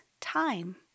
time